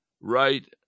right